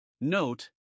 Note